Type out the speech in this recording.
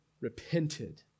repented